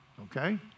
Okay